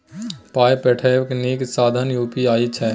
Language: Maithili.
पाय पठेबाक नीक साधन यू.पी.आई छै